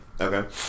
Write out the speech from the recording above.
Okay